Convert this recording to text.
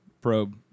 probe